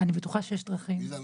אני בטוחה שיש דרכים -- מי זה אנחנו?